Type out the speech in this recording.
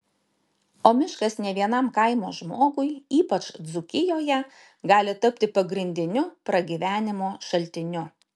o miškas ne vienam kaimo žmogui ypač dzūkijoje gali tapti pagrindiniu pragyvenimo šaltiniu